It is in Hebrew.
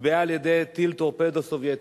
הוטבעה על-ידי טיל טורפדו סובייטי.